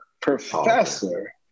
Professor